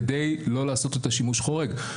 כדי לא לעשות את השימוש חורג.